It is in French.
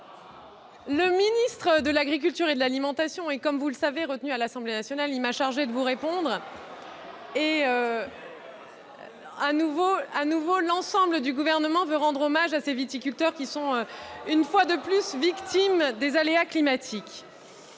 Le ministre de l'agriculture et de l'alimentation est, comme vous le savez, retenu à l'Assemblée nationale, et il m'a chargé de vous répondre. Au nom de l'ensemble du Gouvernement, je veux de nouveau rendre hommage à ces viticulteurs qui sont, une fois de plus, victimes des aléas climatiques.